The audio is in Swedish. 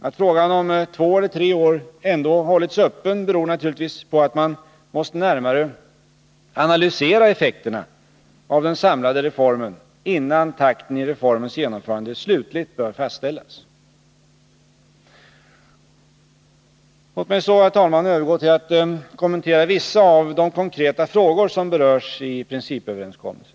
Att frågan om två eller tre år ändå hållits öppen beror naturligtvis på att man måste närmare analysera effekterna av den samlade reformen innan takten i reformens genomförande slutligt bör fastställas. Låt mig så, herr talman, övergå till att kommentera vissa av de konkreta frågor som berörs i principöverenskommelsen.